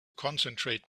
concentrate